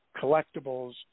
collectibles